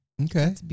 Okay